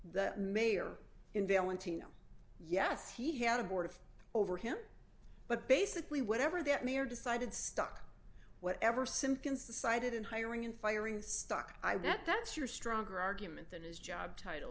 the mayor in valentino yes he had a board of over him but basically whatever that may or decided stuck whatever simkins decided in hiring and firing stock i bet that's your stronger argument than his job title